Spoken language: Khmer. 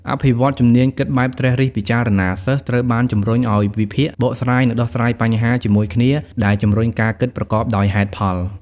អភិវឌ្ឍជំនាញគិតបែបត្រិះរិះពិចារណា សិស្សត្រូវបានជំរុញឲ្យវិភាគ បកស្រាយ និងដោះស្រាយបញ្ហាជាមួយគ្នា ដែលជំរុញការគិតប្រកបដោយហេតុផល។